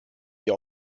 wir